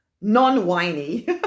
non-whiny